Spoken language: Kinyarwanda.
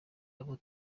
abo